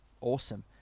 awesome